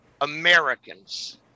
Americans